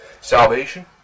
salvation